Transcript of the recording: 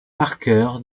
marqueur